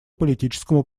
политическому